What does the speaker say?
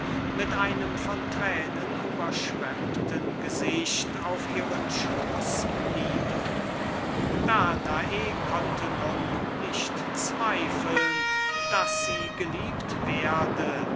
mit tränen beschwemmtem gesicht auf ihren schoß nieder danae konnte nun nicht zweifeln daß sie geliebt werde